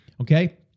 Okay